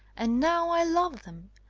and now i love them.